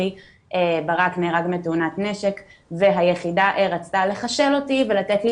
אחי ברק נהרג מתאונת נשק והיחידה רצתה לחשל אותי ולתת לי